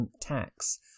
tax